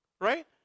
Right